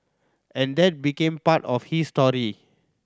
and that became part of his story